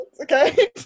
Okay